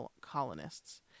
colonists